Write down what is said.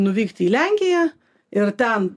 nuvykti į lenkiją ir ten